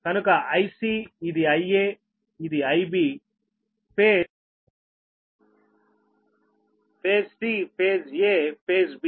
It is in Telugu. కనుక Ic ఇది Ia ఇది Ibఫేజ్ 'c' ఫేజ్ 'a'ఫేజ్ 'b'